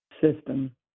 system